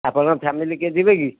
ଆପଣଙ୍କ ଫ୍ୟାମିଲି କିଏ ଯିବେକି